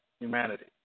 Humanity